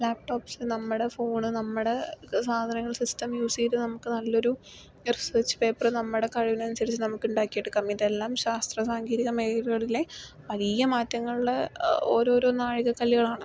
laptops നമ്മുടെ phone നമ്മുടെ സാധനങ്ങള് സിസ്റ്റം യൂസെയ്ത് നമുക്ക് നല്ലൊരു റിസേർച്ച് പേപ്പറ് നമ്മുടെ കഴിവിനനുസരിച്ച് നമുക്കുണ്ടാക്കി എടുക്കാം ഇതെല്ലാം ശാസ്ത്രസാങ്കേതികമേഖലകളലെ വലിയ മാറ്റങ്ങളുടെ ഓരോരോ നാഴികക്കല്ലുകളാണ്